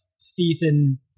Season